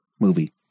movie